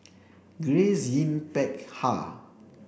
Grace Yin Peck Ha